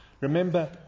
remember